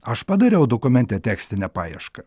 aš padariau dokumente tekstinę paiešką